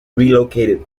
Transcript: relocated